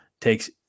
takes